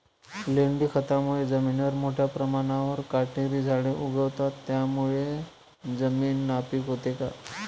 लेंडी खतामुळे जमिनीवर मोठ्या प्रमाणावर काटेरी झाडे उगवतात, त्यामुळे जमीन नापीक होते का?